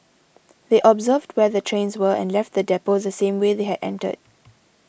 they observed where the trains were and left the depot the same way they had entered